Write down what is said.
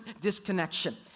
disconnection